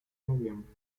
noviembre